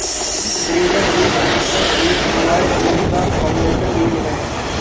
breeder बीज, अधिकृत बीज, प्रमाणित बीज व फाउंडेशन बीज है